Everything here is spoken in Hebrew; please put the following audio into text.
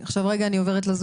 אני אומרת: